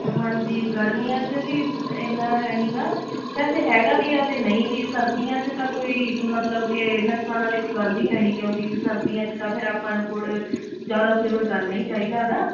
ਹਾਂਜੀ ਗਰਮੀਆਂ 'ਚ ਵੀ ਇਨਾ ਹੈ ਨਹੀ ਗਾ ਵੈਸੇ ਹੈਗਾ ਵੀ ਆ ਤੇ ਨਹੀਂ ਵੀ ਸਰਦੀਆਂ ਚ ਤਾਂ ਕੋਈ ਮਤਲਬ ਕਿ ਨੁਕਸਾਨ ਵਾਲੀ ਕੋਈ ਗੱਲ ਹੀ ਹੈ ਨਹੀਂ ਕਿਉਂਕਿ ਸਰਦੀਆਂ 'ਚ ਤਾਂ ਫਿਰ ਆਪਾਂ ਨੂੰ ਗੁੜ ਜਿਆਦਾ ਸੇਵਨ ਕਰਨਾ ਨਹੀਂ ਚਾਹੀਦਾ ਹੈਗਾ